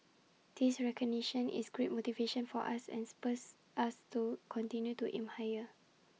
this recognition is great motivation for us and spurs us to continue to aim higher